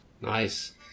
Nice